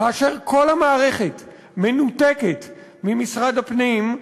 כאשר כל המערכת מנותקת ממשרד הפנים,